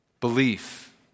Belief